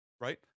right